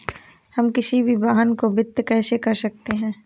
हम किसी भी वाहन को वित्त कैसे कर सकते हैं?